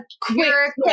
queer